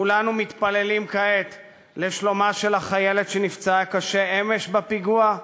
כולנו מתפללים כעת לשלומה של החיילת שנפצעה קשה אמש בפיגוע,